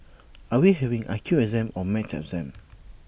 are we having I Q exam or maths exam